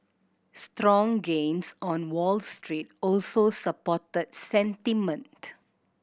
strong gains on Wall Street also supported sentiment